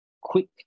quick